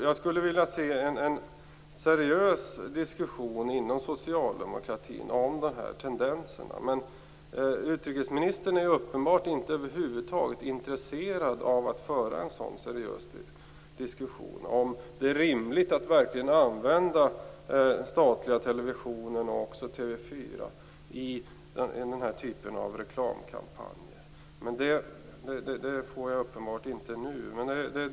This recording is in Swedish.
Jag skulle vilja se en seriös diskussion inom socialdemokratin om dessa tendenser. Utrikesministern är uppenbarligen över huvud taget inte intresserad av att föra en sådan seriös diskussion, dvs. om det är rimligt att använda den statliga televisionen och TV 4 i den typen av reklamkampanjer. Men den diskussionen får jag uppenbarligen inte nu.